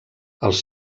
els